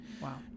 Wow